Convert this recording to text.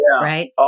right